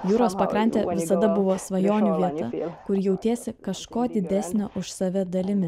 jūros pakrantė visada buvo svajonių vieta kur jautiesi kažko didesnio už save dalimi